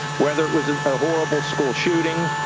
whether it was a horrible school shooting.